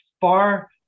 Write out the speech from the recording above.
far